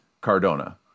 Cardona